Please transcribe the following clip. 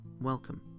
Welcome